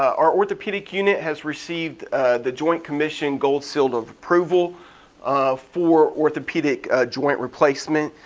our orthopedic unit has received the joint commission gold seal of approval um for orthopedic joint replacement.